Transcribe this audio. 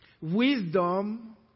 Wisdom